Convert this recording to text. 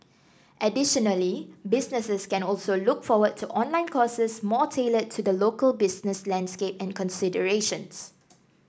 additionally businesses can also look forward to online courses more tailored to the local business landscape and considerations